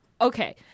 okay